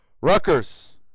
Rutgers